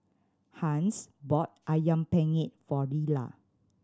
Hans bought Ayam Penyet for Leala